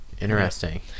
Interesting